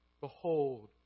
Behold